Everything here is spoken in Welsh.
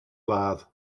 ladd